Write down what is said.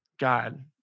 God